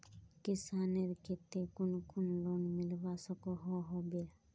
किसानेर केते कुन कुन लोन मिलवा सकोहो होबे?